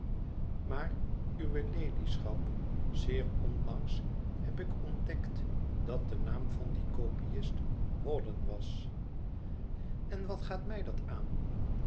maar uwe ladyschap zeer onlangs heb ik ontdekt dat de naam van dien kopiist hawdon was en wat gaat mij dat aan